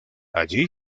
allí